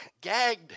gagged